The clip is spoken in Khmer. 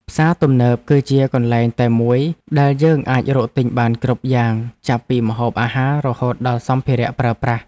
ផ្សារទំនើបគឺជាកន្លែងតែមួយដែលយើងអាចរកទិញបានគ្រប់យ៉ាងចាប់ពីម្ហូបអាហាររហូតដល់សម្ភារៈប្រើប្រាស់។